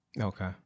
Okay